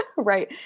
Right